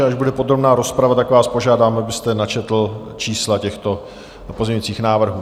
Až bude podrobná rozprava, tak vás požádám, abyste načetl čísla těchto pozměňovacích návrhů.